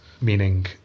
Meaning